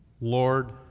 Lord